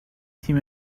تیم